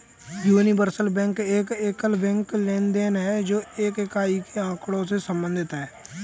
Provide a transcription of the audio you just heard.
universal bank एक एकल banking लेनदेन है, जो एक इकाई के आँकड़ों से संबंधित है